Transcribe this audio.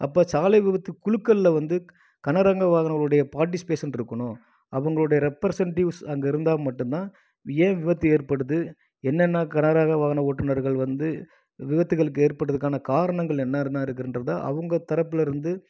அப்போ சாலை விபத்து குழுக்களில் வந்து கனரக வாகனவுடைய பார்ட்டிசிபேஷன் இருக்கணும் அவங்களோட ரெப்ரசென்டிவ் அங்கே இருந்தால் மட்டும்தான் ஏன் விபத்து ஏற்படுது என்னென்ன கனரக வாகன ஓட்டுநர்கள் வந்து விபத்துக்கள் ஏற்பட்டதுக்கான காரணங்கள் என்னன்ன இருக்குன்றதை அவங்க தரப்பில் இருந்து